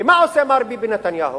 כי, מה עושה מר ביבי נתניהו?